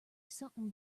something